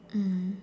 mm